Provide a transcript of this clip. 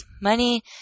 money